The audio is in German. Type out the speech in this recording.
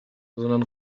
sondern